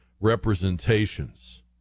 representations